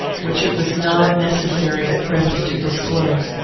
which it was not necessary, at present, to disclose,